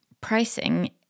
pricing